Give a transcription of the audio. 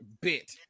bit